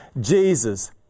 jesus